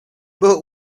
but